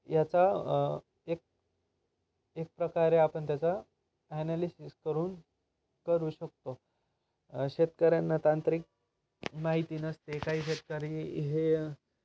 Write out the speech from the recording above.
याचा एक एक प्रकारे आपण त्याचा ॲनालिसिस करून करू शकतो शेतकऱ्यांना तांत्रिक माहिती नसते काही शेतकरी हे